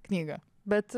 knygą bet